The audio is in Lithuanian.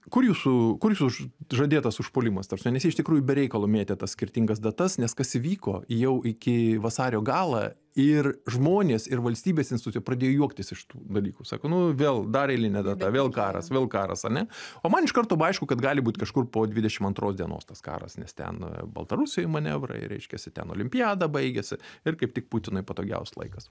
kur jūsų kur jūsų žadėtas užpuolimas ta prasme nes jie iš tikrųjų be reikalo mėtė tas skirtingas datas nes kas įvyko jau iki vasario galą ir žmonės ir valstybės institucijos pradėjo juoktis iš tų dalykų sako nu vėl dar eilinė data vėl karas vėl karas ar ne o man iš karto buvo aišku kad gali būt kažkur po dvidešimt antros dienos tas karas nes ten baltarusijoj manevrai reiškiasi ten olimpiada baigėsi ir kaip tik putinui patogiausias laikas